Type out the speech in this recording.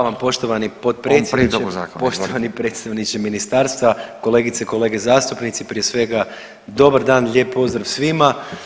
Hvala vam poštovani potpredsjedniče, poštovani predstavniče ministarstva, kolegice i kolege zastupnici, prije svega dobar dan i lijep pozdrav svima.